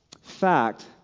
fact